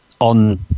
On